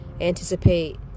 anticipate